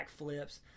backflips